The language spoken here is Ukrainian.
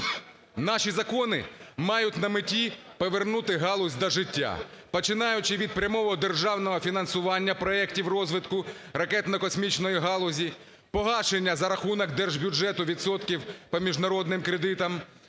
Наші закони мають на меті повернути галузь до життя, починаючи від прямого державного фінансування проектів розвитку ракетно-космічної галузі, погашення за рахунок держбюджету відсотків по міжнародним кредитам